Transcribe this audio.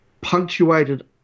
punctuated